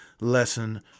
lesson